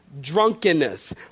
drunkenness